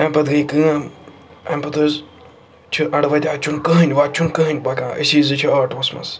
اَمہِ پَتہٕ گٔے کٲم اَمہِ پَتہٕ حظ چھِ اَڈٕ وَتہِ اَتہِ چھُنہٕ کٕہٕنۍ وَتہِ چھُنہٕ کٕہٕنۍ پَکان أسی زٕ چھِ آٹووَس منٛز